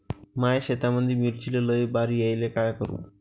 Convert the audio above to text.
माया शेतामंदी मिर्चीले लई बार यायले का करू?